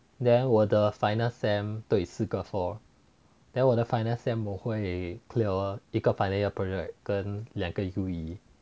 then 我的 final sem 对四个 four then 我的 final sem 我会 clear 一个 final year project 跟两个 U_E